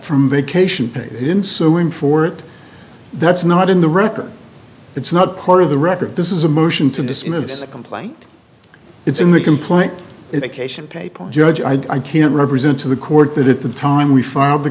from vacation pays in suing for it that's not in the record it's not part of the record this is a motion to dismiss a complaint it's in the complaint it cation paper a judge i can represent to the court that at the time we filed